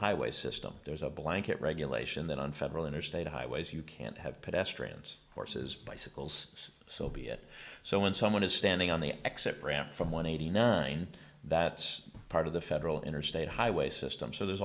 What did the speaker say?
highway system there's a blanket regulation that on federal interstate highways you can't have pedestrians horses bicycles so be it so when someone is standing on the exit ramp from one eighty nine that's part of the federal interstate highway system so there's